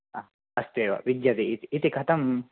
हा अस्ति एव विद्यते इति इति कथं